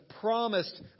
promised